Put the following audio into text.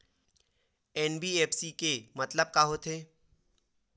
NBFC के मतलब का होथे?